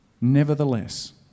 nevertheless